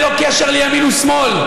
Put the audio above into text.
ללא קשר לימין או שמאל,